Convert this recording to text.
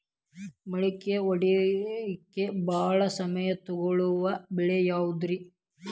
ಮೊಳಕೆ ಒಡೆಯುವಿಕೆಗೆ ಭಾಳ ಸಮಯ ತೊಗೊಳ್ಳೋ ಬೆಳೆ ಯಾವುದ್ರೇ?